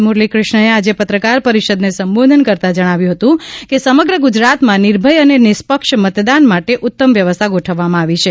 મુરલી ક્રષ્ણે આજે પત્રકાર પરિષદને સંબોધન કરતા જજ્ઞાવ્યું હતું કે સમગ્ર ગુજરાતમાં નિર્ભય અને નિષ્પક્ષ મતદાન માટે ઉત્તમ વ્યવસ્થા ગોઠવવામાં આવી છે